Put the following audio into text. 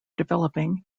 developing